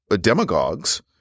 demagogues